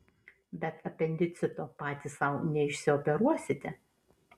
bet apendicito patys sau neišsioperuosite